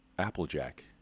Applejack